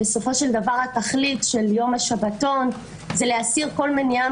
בסופו של דבר התכלית של יום השבתון זה להסיר כל מניעה